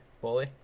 Bully